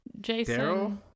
Jason